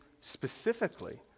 specifically